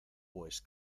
pues